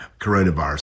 coronavirus